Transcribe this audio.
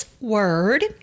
Word